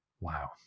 Wow